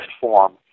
form